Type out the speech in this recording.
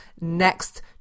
next